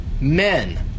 Men